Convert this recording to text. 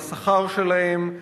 על השכר שלהם,